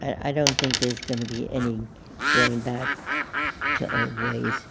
i don't think there's going to be any going back to old ways.